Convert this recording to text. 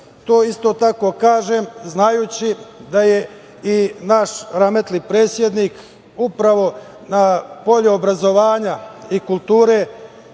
To isto tako kažem znajući da je i naš rahmetli predsednik upravo na polju obrazovanja i kulture